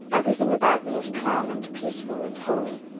everything about me is calm and peaceful and homey.